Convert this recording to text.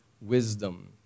wisdom